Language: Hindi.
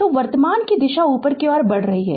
तो वर्तमान की दिशा ऊपर की ओर बढ़ रही है